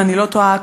אם אני לא טועה,